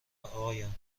آقایان